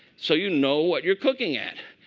so you know what you're cooking at.